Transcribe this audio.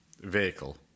vehicle